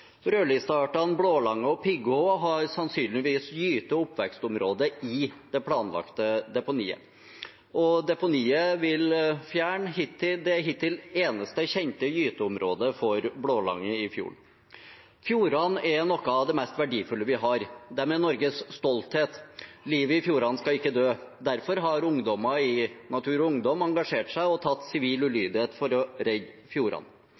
Rødlisteartene blålange og pigghå har sannsynligvis gyte- og oppvekstområde i det planlagte deponiet, og deponiet vil fjerne det hittil eneste kjente gyteområdet for blålange i fjorden. Fjordene er noe av det mest verdifulle vi har. De er Norges stolthet. Livet i fjordene skal ikke dø. Derfor har ungdommer i Natur og Ungdom engasjert seg og tatt i bruk sivil